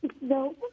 No